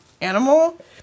Animal